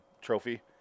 trophy